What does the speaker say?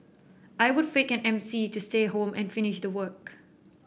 I would fake an M C to stay home and finish the work